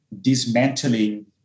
dismantling